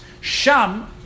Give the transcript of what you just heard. Sham